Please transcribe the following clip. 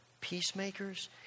peacemakers